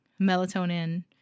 melatonin